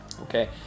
Okay